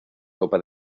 copa